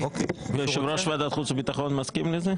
יושב ראש ועדת חוץ וביטחון מסכים לזה?